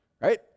right